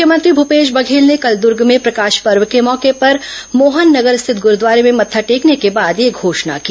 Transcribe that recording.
मुख्यमंत्री भूपेश बघेल ने कल दर्ग में प्रकाश पर्व के मौके पर मोहन नगर रिथित ग्रूद्वारे में मत्था टेकने के बाद यह घोषणा की